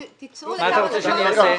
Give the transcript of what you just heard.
תצאו לכמה דקות ואנחנו נמשיך.